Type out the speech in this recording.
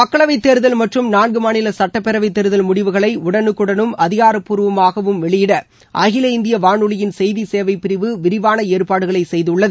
மக்களவைத்தேர்தல் மற்றும் நான்கு மாநில சட்டப்பேரவைத் தேர்தல் முடிவுகளை உடலுக்குடலும் அதிகாரப்பூர்வமாகவும் வெளியிட அதில இந்திய வானொலியின் செய்தி சேவை பிரிவு விரிவான ஏற்பாடுகளை செய்துள்ளது